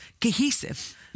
cohesive